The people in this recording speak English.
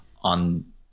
on